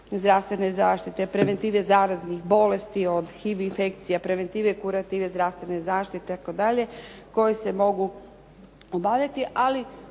zdravstvene zaštite, preventive zaraznih bolesti od HIV infekcija, preventive kurative zdravstvene zaštite itd. koje se mogu obavljati, ali